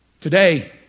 Today